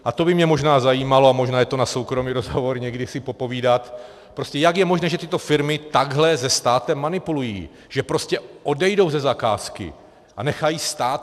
A to by mě možná zajímalo a možná je to na soukromý rozhovor někdy si popovídat, prostě jak je možné, že tyto firmy takhle se státem manipulují, že odejdou ze zakázky a nechají stát?